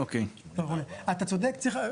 אתה צודק,